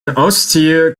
austere